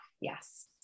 Yes